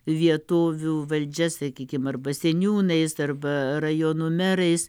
vietovių valdžia sakykim arba seniūnais arba rajonų merais